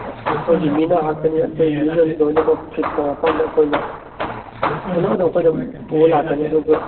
ꯑꯩꯈꯣꯏꯒꯤ ꯃꯤꯅ ꯍꯥꯞꯀꯅꯤ ꯑꯩꯈꯣꯏ ꯃꯤꯅ ꯂꯣꯏꯅꯃꯛ ꯐꯤꯠ ꯇꯧꯔꯀꯥꯟꯗ ꯑꯩꯈꯣꯏꯅ ꯄꯨꯂꯞ ꯑꯗꯨꯝ ꯑꯩꯈꯣꯏꯅ ꯄꯨꯔ ꯂꯥꯛꯀꯅꯤ ꯑꯗꯨꯒ